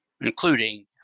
including